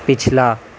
پچھلا